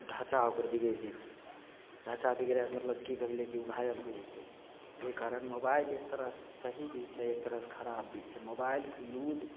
ढाँचा ओकर बिगड़ि जएतै ढाँचा बिगड़ैके मतलब कि भेलै कि घायल होइ जएतै ओहि कारण मोबाइल एक तरहसे सही भी छै एक तरहसे खराब भी छै मोबाइलके यूज